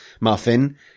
muffin